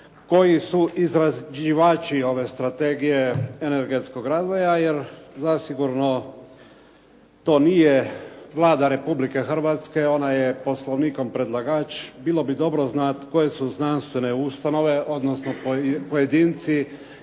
koji su izrađivači ove Strategije energetskog razvoja jer zasigurno to nije Vlada Republike Hrvatske, ona je Poslovnikom predlagač. Bilo bi dobro znati koje su znanstvene ustanove odnosno pojedinci